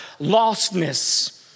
Lostness